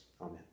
Amen